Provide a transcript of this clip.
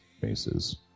faces